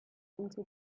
into